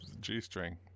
G-string